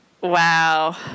Wow